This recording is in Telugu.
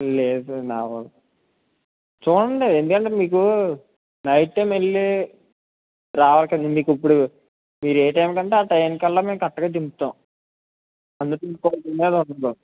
లేదు నాకు చూడండి ఎందుకంటే మీకు నైట్ టైం వెళ్ళి రావాలి కదా మీకు ఇప్పుడు మీరు ఏ టైంకి అంటే ఆ టైంకల్లా మేము కరెక్ట్గా దింపుతాము అందుకు